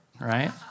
right